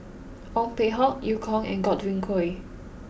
Ong Peng Hock Eu Kong and Godwin Koay